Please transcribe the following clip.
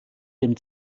dem